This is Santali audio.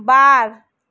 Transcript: ᱵᱟᱨ